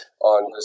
on